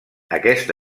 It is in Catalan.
aquest